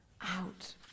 out